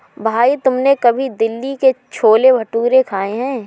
भाई तुमने कभी दिल्ली के छोले भटूरे खाए हैं?